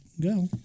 Go